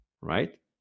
right